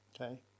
Okay